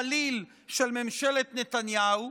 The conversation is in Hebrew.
החליל של ממשלת נתניהו,